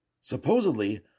Supposedly